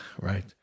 right